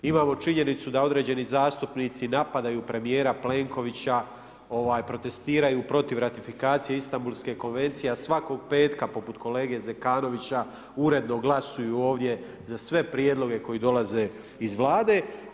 Imamo činjenicu da određeni zastupnici napadaju premjera Plenkovića, protestiraju protiv ratifikacije Istambulske konvencije, a svakog petka poput kolege Zekanovića uredno glasuju ovdje za sve prijedloge koje dolaze iz Vlade.